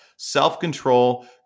self-control